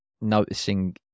noticing